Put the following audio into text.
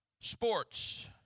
Sports